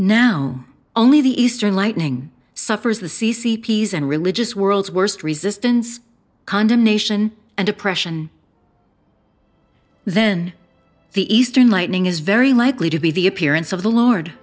now only the eastern lightning suffers the see c p s and religious worlds worst resistance condemnation and oppression then the eastern lightning is very likely to be the appearance of the lord